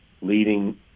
leading